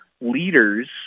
leaders